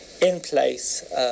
in-place